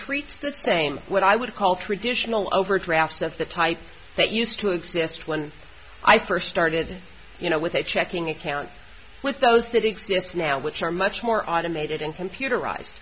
treats the same what i would call traditional overdraft of the type that used to exist when i first started you know with a checking account with those that exist now which are much more automated and computerized